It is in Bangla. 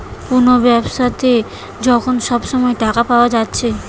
কুনো ব্যাবসাতে যখন সব সময় টাকা পায়া যাচ্ছে